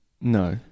No